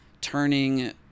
turning